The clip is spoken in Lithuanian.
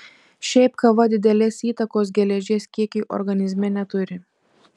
šiaip kava didelės įtakos geležies kiekiui organizme neturi